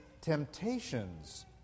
temptations